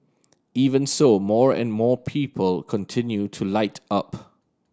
even so more and more people continue to light up